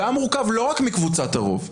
והעם מורכב לא רק מקבוצת הרוב.